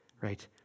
right